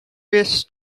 risk